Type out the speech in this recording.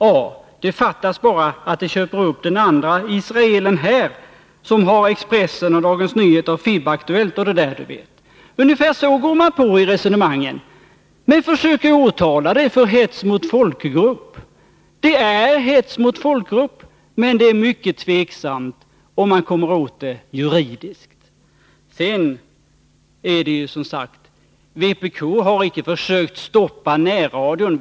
A: Det fattas bara att de köper upp den andra israelen här som har Expressen och Dagens Nyheter och FIB Aktuellt och de här vet du.” Ungefär så går man på i resonemangen. Men försöker jag åtala för hets mot folkgrupp — det är hets mot folkgrupp — är det mycket tvivelaktigt om det går att komma åt det juridiskt. Vpk har icke försökt att stoppa närradion.